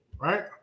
right